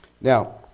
Now